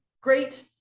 great